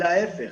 אלא ההפך.